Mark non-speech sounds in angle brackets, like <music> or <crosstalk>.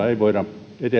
<unintelligible> ei voida